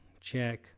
check